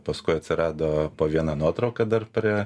paskui atsirado po vieną nuotrauką dar prie